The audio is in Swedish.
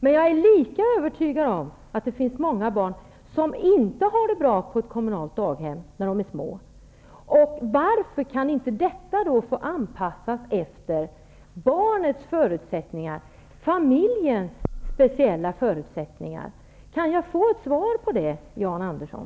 Men jag är lika övertygad om att det finns många barn som inte har det bra på ett kommunalt daghem när de är små. Varför kan inte detta få anpassas efter barnets förutsättningar och familjens speciella förutsättningar? Kan jag få ett svar på det, Jan